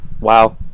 Wow